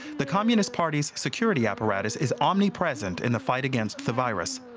the communist party's security apparatus is omnipresent in the fight against the virus.